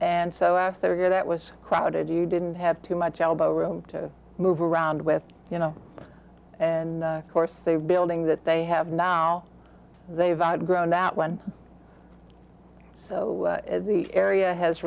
and so after that was crowded you didn't have too much elbow room to move around with you know and of course they've building that they have now they've outgrown that one so the area has